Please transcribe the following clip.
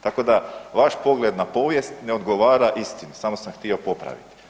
Tako da vaš pogled na povijest ne odgovara istini samo sam htio popraviti.